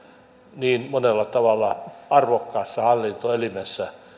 niin monella tavalla arvokkaassa hallintoelimessä